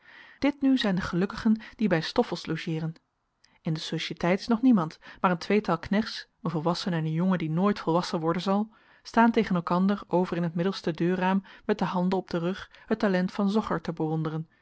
dit nu zijn de gelukkigen die bij stoffels logeeren in de sociëteit is nog niemand maar een tweetal knechts een volwassene en een jongen die nooit volwassen worden zal staan tegen elkander over in het middelste deurraam met de handen op den rug het talent van zocher te bewonderen